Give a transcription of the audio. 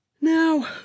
now